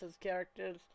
characters